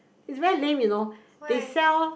it's very lame you know they sell